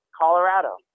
Colorado